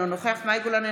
אינו נוכח מאי גולן,